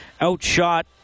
outshot